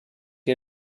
ihr